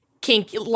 kinky